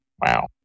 Wow